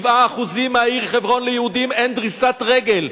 ב-97% מהעיר חברון ליהודים אין דריסת רגל,